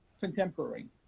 contemporary